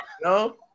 No